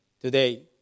today